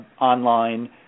online